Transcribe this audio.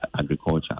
agriculture